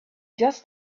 just